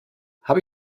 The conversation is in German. habe